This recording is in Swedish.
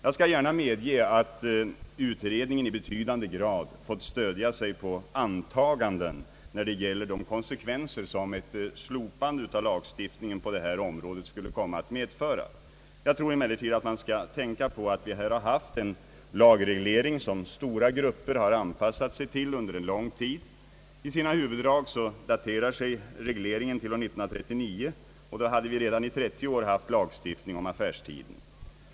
Jag skall gärna medge att utredningen i betydande grad fått stödja sig på antaganden när det gäller de konsekvenser som ett slopande av lagstiftningen på detta område skulle komma att medföra. Jag tror emellertid att man skall tänka på att vi här har haft en lagreglering som stora grupper har anpassat sig till under en lång tid. I sina huvuddrag daterar sig regleringen från år 1939, och då hade vi redan i trettio år haft lagstiftning om affärstiden.